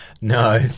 No